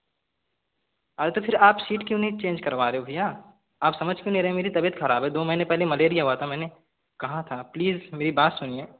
अरे तो फिर आप सीट क्यों नहीं चेंज करवा रहे हो भैया आप समझ क्यों नहीं रहे मेरी तबियत खराब है दो महीने पहले मलेरिया हुआ था मैंने कहा था प्लीज़ मेरी बात सुनिए